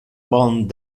bon